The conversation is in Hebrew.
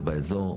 זה באזור,